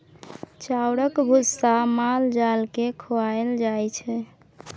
चाउरक भुस्सा माल जाल केँ खुआएल जाइ छै